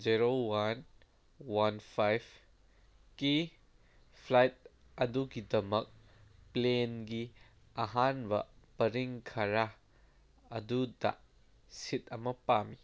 zero one one ꯐꯥꯏꯚꯀꯤ flight ꯑꯗꯨꯒꯤꯗꯃꯛ ꯄ꯭ꯂꯦꯟꯒꯤ ꯑꯍꯥꯟꯕ ꯄꯔꯤꯡ ꯈꯔ ꯑꯗꯨꯗ ꯁꯤꯠ ꯑꯃ ꯄꯥꯝꯃꯤ